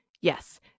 yes